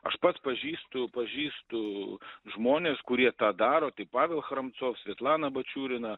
aš pats pažįstu pažįstu žmones kurie tą daro tai pavel chramcov svietlana bačiurina